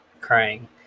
crying